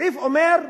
הסעיף אומר: